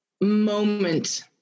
moment